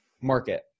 market